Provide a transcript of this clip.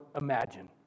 imagine